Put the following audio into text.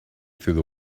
through